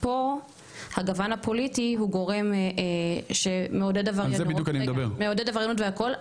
פה הגוון הפוליטי הוא גורם שמעודד עבריינות והכל,